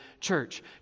church